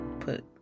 put